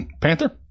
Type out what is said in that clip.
Panther